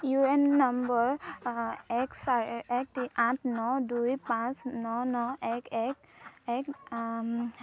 U N নম্বৰ এক আঠ ন দুই পাঁচ ন ন এক এক এক